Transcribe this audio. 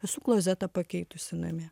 esu klozetą pakeitusi namie